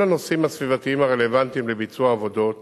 כל הנושאים הסביבתיים הרלוונטיים לביצוע העבודות,